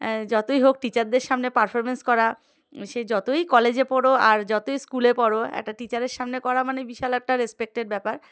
যতই হোক টিচারদের সামনে পারফরমেন্স করা সে যতই কলেজে পড়ো আর যতই স্কুলে পড়ো একটা টিচারের সামনে করা মানে বিশাল একটা রেসপেক্টের ব্যাপার